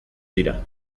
dira